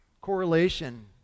correlation